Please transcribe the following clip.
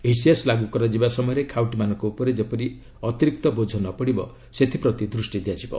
ଏହି ସେସ୍ ଲାଗୁ କରାଯିବା ସମୟରେ ଖାଉଟିମାନଙ୍କ ଉପରେ ଯେପରି ଅତିରିକ୍ତ ବୋଝ ନ ପଡ଼ିବ ସେଥିପ୍ରତି ଦୃଷ୍ଟି ଦିଆଯିବ